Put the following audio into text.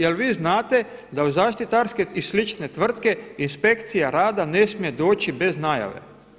Jel vi znate da u zaštitarske i slične tvrtke inspekcija rada ne smije doći bez najave?